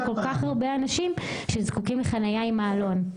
כל כך הרבה אנשים שזקוקים לחניה עם מעלון.